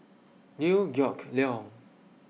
Liew Geok Leong